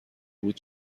بود